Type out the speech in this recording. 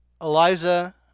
Eliza